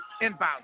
Inbound